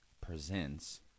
presents